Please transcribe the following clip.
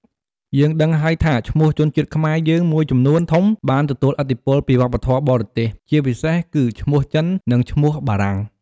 យើងដឹងហើយថាឈ្មោះជនជាតិខ្មែរយើងមួយចំនួនធំ បានទទួលឥទ្ធិពលពីវប្បធម៌បរទេស ជាពិសេសគឺ ឈ្មោះចិន និង ឈ្មោះបារាំង។